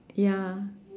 ya